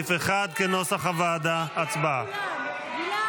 סעיף 1, כהצעת הוועדה, נתקבל.